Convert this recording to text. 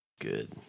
Good